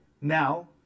Now